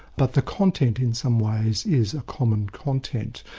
but the content in some ways is a common content.